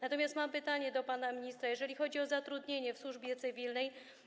Natomiast mam pytanie do pana ministra, jeżeli chodzi o zatrudnienie w służbie cywilnej.